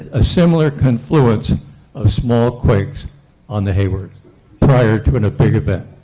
a similar confluence of small quakes on the hayward prior to and a big event?